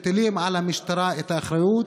מטילים על המשטרה את האחריות,